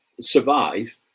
survive